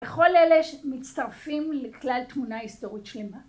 ‫וכל אלה מצטרפים ‫לכלל תמונה היסטורית שלמה.